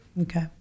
Okay